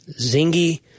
zingy